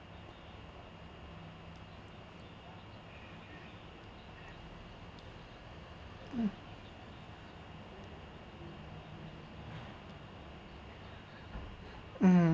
um